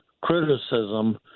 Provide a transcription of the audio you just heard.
criticism